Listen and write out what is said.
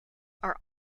are